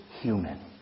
human